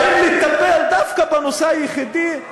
באים להיטפל דווקא לנושא היחידי,